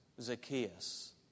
Zacchaeus